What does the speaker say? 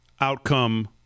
outcome